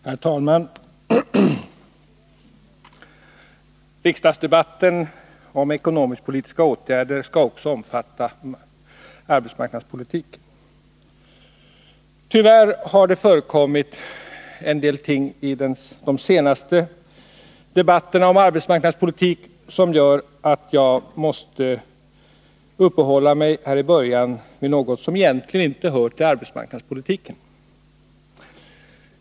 Herr talman! Riksdagsdebatten om ekonomisk-politiska åtgärder skall också omfatta arbetsmarknadspolitiken. Tyvärr har det förekommit en del ting i de senaste debatterna på det området som gör att jag här i början måste uppehålla mig vid något som egentligen inte hör till arbetsmarknadspolitiken.